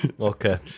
Okay